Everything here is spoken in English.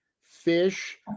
fish